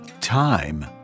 time